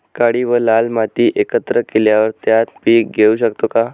काळी व लाल माती एकत्र केल्यावर त्यात पीक घेऊ शकतो का?